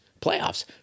playoffs